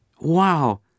Wow